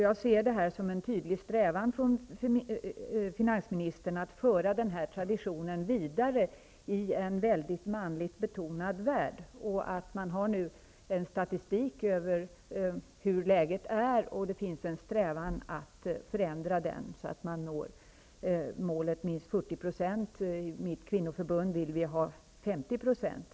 Jag ser detta som en tydlig strävan från finansministern att föra den här traditionen vidare i en väldigt manligt betonad värld. Det finns nu en statistik över hur läget är, och det finns en strävan att förändra läget, så att man når målet att kvinnornas andel skall vara minst 40 %. I mitt kvinnoförbund vill vi att målet skall vara 50 %.